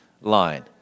line